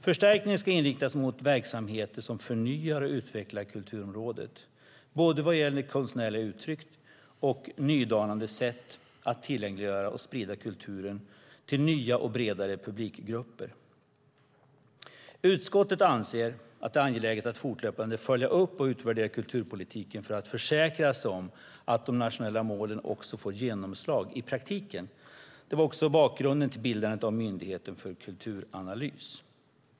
Förstärkningen ska inriktas mot verksamheter som förnyar och utvecklar kulturområdet, vad gäller både konstnärliga uttryck och nydanande sätt att tillgängliggöra och sprida kulturen till nya och bredare publikgrupper. Utskottet anser att det är angeläget att fortlöpande följa upp och utvärdera kulturpolitiken för att försäkra sig om att de nationella målen också får genomslag i praktiken. Det var också bakgrunden till bildandet av Myndigheten för kulturanalys.